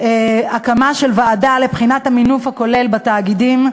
הקמה של ועדה לבחינת המינוף הכולל בתאגידים,